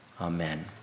amen